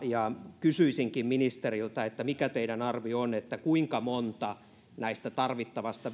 ja kysyisinkin ministeriltä mikä teidän arvionne on kuinka monta näistä tarvittavista